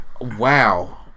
Wow